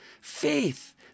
faith